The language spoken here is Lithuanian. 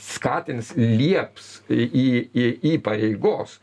skatins lieps į į įpareigos